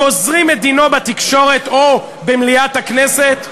גוזרים את דינו בתקשורת או במליאת הכנסת.